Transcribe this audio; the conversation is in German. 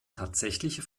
tatsächliche